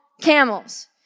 camels